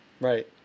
Right